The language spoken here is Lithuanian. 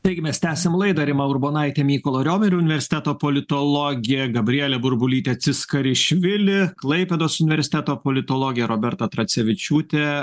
taigi mes tęsiam laidą rima urbonaitė mykolo romerio universiteto politologė gabrielė burbulytė tsiskarišvili klaipėdos universiteto politologė roberta tracevičiūtė